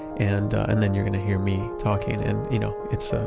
and and then you're going to hear me talking and, you know, it's so